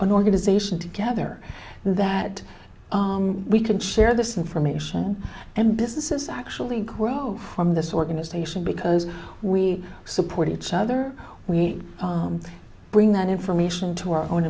an organization together that we can share this information and businesses actually grow from this organization because we support each other we bring that information to our own